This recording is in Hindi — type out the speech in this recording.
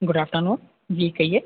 गुड आफ्टरनून जी कहिए